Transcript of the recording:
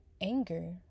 anger